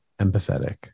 empathetic